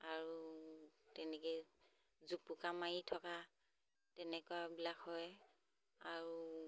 আৰু তেনেকৈ জোপোকা মাৰি থকা তেনেকুৱাবিলাক হয় আৰু